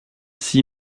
six